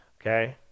Okay